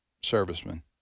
servicemen